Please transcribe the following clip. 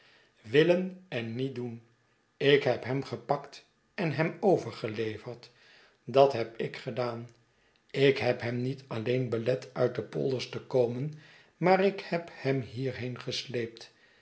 willen en niet doen ik heb hem gepakt en hem overgeleverd dat heb ik gedaan ik heb hem niet alleen belet uit de polders te komen maar ik heb hem hierheen gesleept